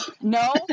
no